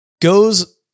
goes